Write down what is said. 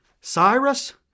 Cyrus